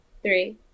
Three